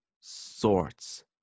sorts